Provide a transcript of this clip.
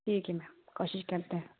ٹھیک ہے میم کوشش کرتے ہیں